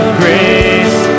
grace